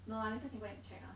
no lah later can go and check lah